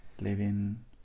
living